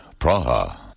Praha